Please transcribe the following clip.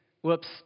Whoops